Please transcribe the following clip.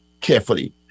carefully